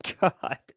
god